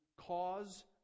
cause